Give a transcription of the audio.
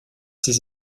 ses